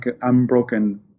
unbroken